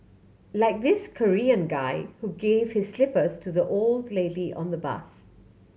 like this Korean guy who gave his slippers to the old lady on the bus